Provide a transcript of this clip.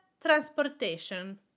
transportation